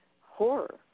horror